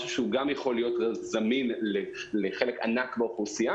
משהו שיכול להיות זמין לחלק ענק באוכלוסייה